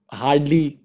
hardly